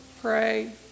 pray